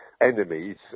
enemies